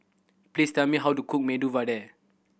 please tell me how to cook Medu Vada